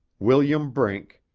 william brink,